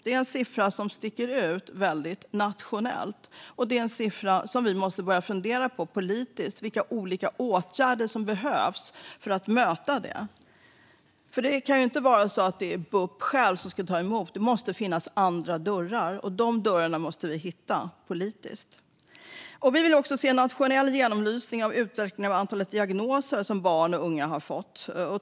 Det är en siffra som sticker ut väldigt mycket nationellt, och det är en siffra som vi måste börja fundera på politiskt för att ta reda på vilka olika åtgärder som behövs för att möta det. Det kan inte vara bara bup som ska ta emot. Det måste finnas andra dörrar att öppna, och dessa dörrar måste vi hitta politiskt. Vi vill också se en nationell genomlysning när det gäller utvecklingen av antalet diagnoser som barn och unga har fått.